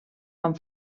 amb